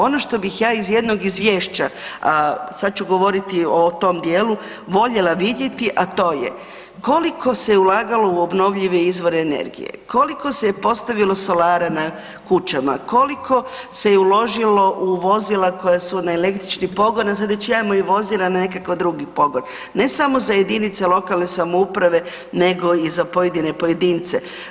Ono što bih ja iz jednog izvješća a sad ću govoriti o tom djelu, voljela vidjeti, a to je koliko se ulagalo u obnovljive izvore energije, koliko se je postavilo solara na kućama, koliko se je uložilo u vozila koja su na električni pogon a sad već imamo i vozila na nekakav drugi pogon, ne samo za jedinice lokalne samouprave nego i za pojedine pojedince.